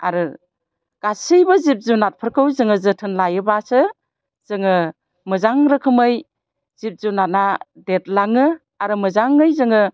आरो गासैबो जिब जुनादफोरखौ जोङो जोथोन लायोब्लासो जोङो मोजां रोखोमै जिब जुनादना देरलाङो आरो मोजाङै जोङो